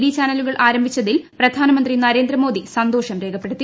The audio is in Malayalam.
ഡി ചാനലുകൾ ആരംഭിച്ചതിൽ പ്രധാനമന്ത്രി നരേന്ദ്രമോദി സന്തോഷം രേഖപ്പെടുത്തി